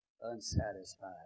unsatisfied